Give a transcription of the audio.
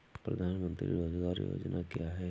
प्रधानमंत्री रोज़गार योजना क्या है?